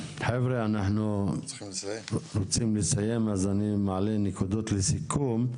חבר'ה אנחנו רוצים לסיים אז אני מעלה נקודות לסיכום.